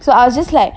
so I'll just like